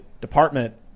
department